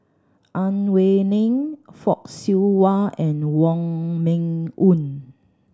Ang Wei Neng Fock Siew Wah and Wong Meng Voon